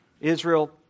Israel